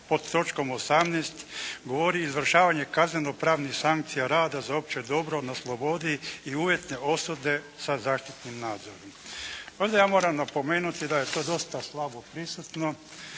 pod točkom 18. govori: "izvršavanje kazneno-pravnih sankcija, rada za opće dobro na slobodi i uvjetne osude sa zaštitnim nadzorom.". Ja moram napomenuti da je to dosta slabo prisutno,